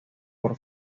por